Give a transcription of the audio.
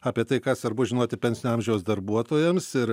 apie tai ką svarbu žinoti pensinio amžiaus darbuotojams ir